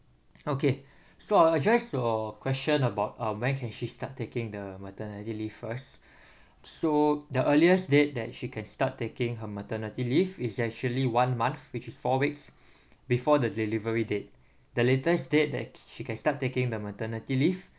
okay so I'll address to question about uh when she can start taking the maternity leave first so the earliest date that she can start taking her maternity leave is actually one month which is four weeks before the delivery date the latest date that she can start taking the maternity leave